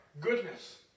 Goodness